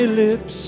lips